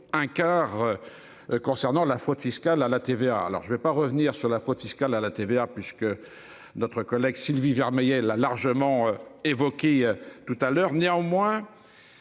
un quart. Concernant la faute fiscal à la TVA. Alors je vais pas revenir sur la fraude fiscale à la TVA puisque. Notre collègue Sylvie Vermeillet là largement évoquée tout à l'heure.